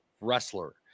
wrestler